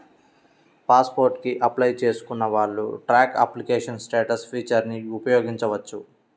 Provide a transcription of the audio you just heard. pass port కి apply చేసుకున్న వాళ్ళు ట్రాక్ అప్లికేషన్ స్టేటస్ ఫీచర్ని ఉపయోగించవచ్చు